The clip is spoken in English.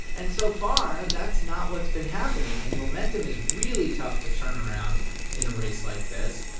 and so far, that's not what's been happening and momentum is really tough to turn around in a race like this.